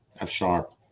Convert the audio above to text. F-sharp